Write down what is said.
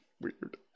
weird